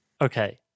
okay